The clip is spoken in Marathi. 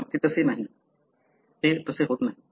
पण तसे होत नाही